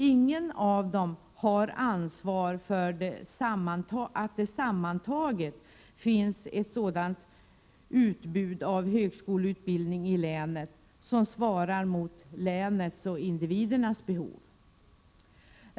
Ingen av dem har ansvar för att det sammantaget finns ett sådant utbud av högskoleutbildning i länet som svarar mot länets och individernas behov.